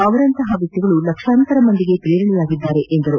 ಅವರಂತಹ ವ್ಯಕ್ತಿಗಳು ಲಕ್ಷಾಂತರ ಮಂದಿಗೆ ಪ್ರೇರಣೆಯಾಗಿದ್ದಾರೆ ಎಂದು ಹೇಳಿದ್ದಾರೆ